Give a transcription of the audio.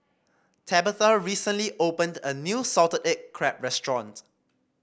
Tabatha recently opened a new Salted Egg Crab restaurant